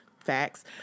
Facts